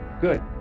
good